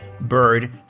Bird